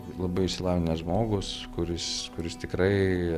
labai išsilavinęs žmogus kuris kuris tikrai